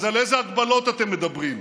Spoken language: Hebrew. אז על איזה הגבלות אתם מדברים?